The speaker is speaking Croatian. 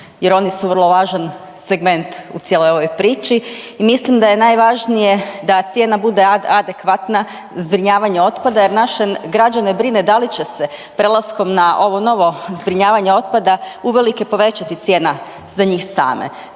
jer oni su vrlo važan segment u cijeloj ovoj priči. I mislim da je najvažnije da cijena bude adekvatna zbrinjavanja otpada jer naše građane brine da li će se prelaskom na ovo novo zbrinjavanja otpada uvelike povećati cijena za njih same.